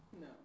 No